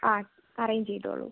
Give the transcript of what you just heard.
ആ അറേഞ്ച് ചെയ്തുകൊള്ളൂ